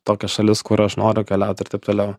tokias šalis kur aš noriu keliaut ir taip toliau